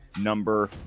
number